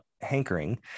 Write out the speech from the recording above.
hankering